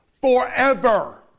forever